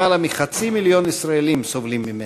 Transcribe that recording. למעלה מחצי מיליון ישראלים סובלים ממנה.